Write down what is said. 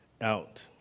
out